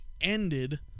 ended